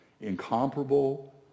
incomparable